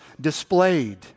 displayed